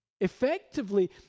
Effectively